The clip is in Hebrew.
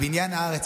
לבניין הארץ,